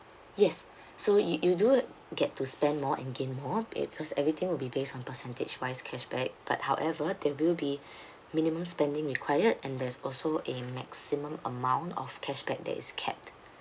yes so you you do get to spend more and gain more because everything will be based on percentage wise cashback but however they will be minimum spending required and there's also a maximum amount of cashback that is capped